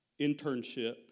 internship